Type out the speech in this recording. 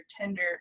tender